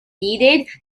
needed